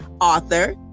author